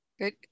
Good